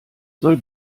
soll